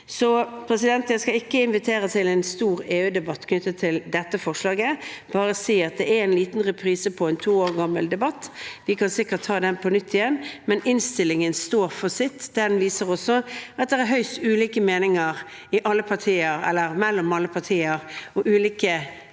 opp mot dette. Jeg skal ikke invitere til en stor EU-debatt knyttet til dette forslaget, bare si at det er en liten reprise på en to år gammel debatt. Vi kan sikkert ta den på nytt igjen, men innstillingen står. Den viser også at det er høyst ulike meninger mellom alle partier og ulike